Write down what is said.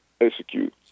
execute